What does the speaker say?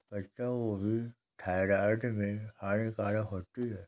पत्ता गोभी थायराइड में हानिकारक होती है